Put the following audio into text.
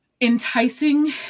enticing